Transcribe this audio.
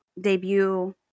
debut